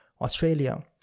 Australia